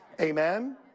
Amen